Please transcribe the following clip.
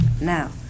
now